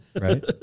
right